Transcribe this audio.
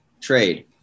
trade